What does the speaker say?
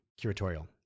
curatorial